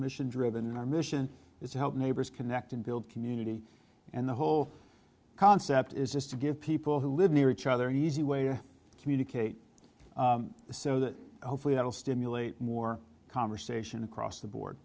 mission driven and our mission is to help neighbors connect and build community and the whole concept is just to give people who live near each other an easy way to communicate the so that hopefully that'll stimulate more conversation across the board